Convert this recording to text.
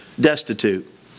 destitute